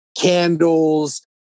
candles